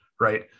right